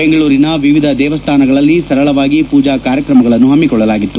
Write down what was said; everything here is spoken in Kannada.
ಬೆಂಗಳೂರಿನ ವಿವಿಧ ದೇವಾಲಯಗಳಲ್ಲಿ ಸರಳವಾಗಿ ಪೂಜಾ ಕಾರ್ಯಕ್ರಮ ಹಮ್ಮಿಕೊಳ್ಳಲಾಗಿತ್ತು